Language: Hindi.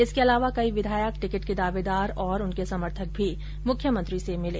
इसके अलावा कई विधायक टिकट के दावेदार और उनके समर्थक भी मुख्यमंत्री से मिले